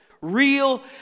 real